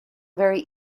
very